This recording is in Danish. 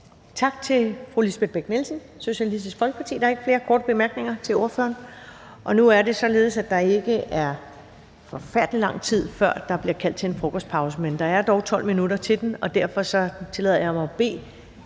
Tak til fru Lisbeth Bech Nielsen, Socialistisk Folkeparti. Der er ikke flere korte bemærkninger til ordføreren. Nu er det således, at der ikke er forfærdelig lang tid til, at der bliver kaldt til en frokostpause, men der er dog 12 minutter til den, og derfor tillader jeg mig at bede